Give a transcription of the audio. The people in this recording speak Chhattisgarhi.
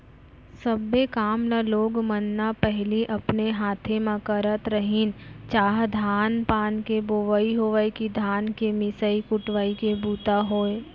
सब्बे काम ल लोग मन न पहिली अपने हाथे म करत रहिन चाह धान पान के बोवई होवय कि धान के मिसाय कुटवाय के बूता होय